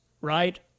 right